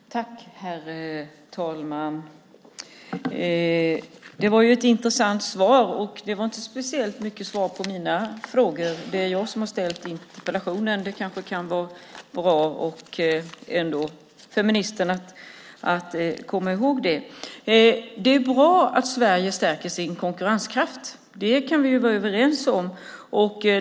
Herr talman! Det var ett intressant svar. Men det var inte så mycket ett svar på mina frågor. Det är jag som har framställt interpellationen om besöksnäringen; det kan kanske vara bra för ministern att ändå komma ihåg det. Det är bra att Sverige stärker sin konkurrenskraft. Det kan vi vara överens om.